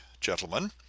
gentlemen